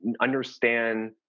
understand